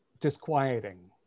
disquieting